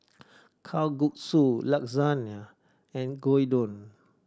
Kalguksu Lasagna and Gyudon